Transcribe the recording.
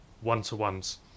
one-to-ones